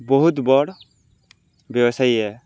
ବହୁତ୍ ବଡ଼୍ ବ୍ୟବସାୟୀ ଏ